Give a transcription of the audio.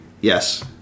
Yes